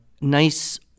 nice